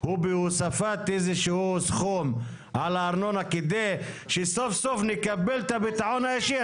הוא בהוספת איזשהו סכום על הארנונה כדי שסוף סוף נקבל את הביטחון האישי,